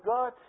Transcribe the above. God